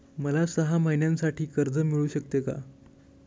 मला सहा महिन्यांसाठी कर्ज मिळू शकते का?